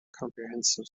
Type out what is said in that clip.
comprehensive